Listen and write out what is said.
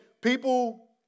people